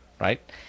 right